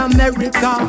America